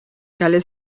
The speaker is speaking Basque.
kale